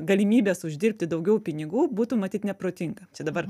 galimybės uždirbti daugiau pinigų būtų matyt neprotinga dabar